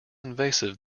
invasive